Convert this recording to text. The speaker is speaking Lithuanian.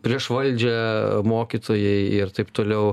prieš valdžią mokytojai ir taip toliau